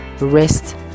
rest